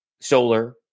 Solar